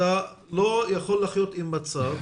אתה לא יכול לחיות עם מצב